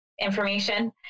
information